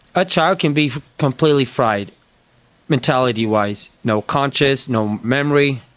a child can be completely fried mentality-wise, no conscious, no memory,